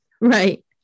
right